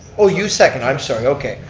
oh, you second, i'm sorry, okay,